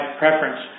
preference